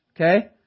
Okay